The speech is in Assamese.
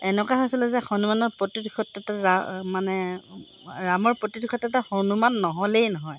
এনেকুৱা হৈছিলে যে হনুমানৰ প্ৰতিটো ক্ষেত্ৰত ৰাম মানে ৰামৰ প্ৰতিটো প্ৰতিটো ক্ষেত্ৰতে হনুমান নহ'লেই নহয়